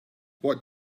what